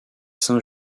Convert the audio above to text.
saint